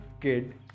kid